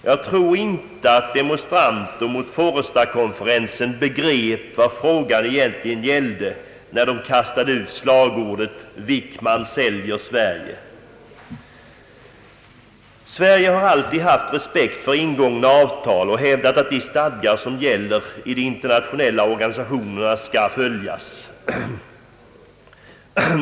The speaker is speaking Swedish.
Jag tror inte att demonstranterna mot Forestakonferensen begrep vad frågorna egentligen gällde, eftersom de kastade ut slagordet »Wickman säljer Sverige». Sverige har alltid haft respekt för ingångna avtal och hävdat att de stadgar som gäller i de internationella organisationerna skall följas.